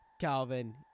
Calvin